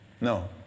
No